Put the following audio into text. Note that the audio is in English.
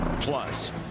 Plus